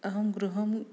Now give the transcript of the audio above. अहं गृहम्